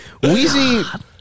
Weezy